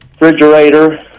refrigerator